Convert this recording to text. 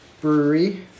brewery